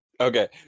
Okay